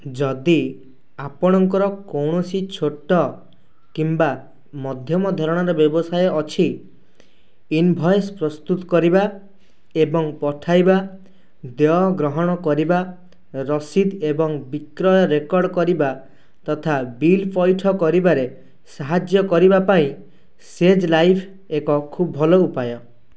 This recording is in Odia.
ଯଦି ଆପଣଙ୍କର କୌଣସି ଛୋଟ କିମ୍ବା ମଧ୍ୟମ ଧରଣର ବ୍ୟବସାୟ ଅଛି ଇନ୍ଭଏସ୍ ପ୍ରସ୍ତୁତ କରିବା ଏବଂ ପଠାଇବା ଦେୟ ଗ୍ରହଣ କରିବା ରସିଦ ଏବଂ ବିକ୍ରୟ ରେକର୍ଡ଼୍ କରିବା ତଥା ବିଲ୍ ପଇଠ କରିବାରେ ସାହାଯ୍ୟ କରିବା ପାଇଁ ସେଜ୍ ଲାଇଭ୍ ଏକ ଖୁବ୍ ଭଲ ଉପାୟ